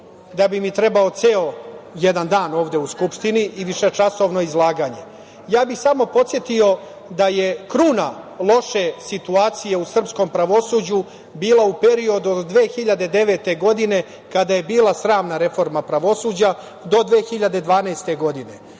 da bi mi trebao ceo jedan dan ovde u Skupštini i višečasovno izlaganje. Samo bih podsetio da je kruna loše situacije u srpskom pravosuđu bila u periodu od 2009. godine, kada je bila sramna reforma pravosuđa, do 2012. godine,